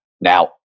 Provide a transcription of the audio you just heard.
Now